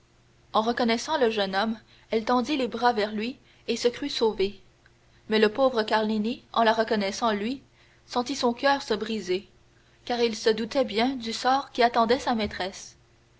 en reconnaissant le jeune homme elle tendit les bras vers lui et se crut sauvée mais le pauvre carlini en la reconnaissant lui sentit son coeur se briser car il se doutait bien du sort qui attendait sa maîtresse